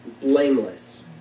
blameless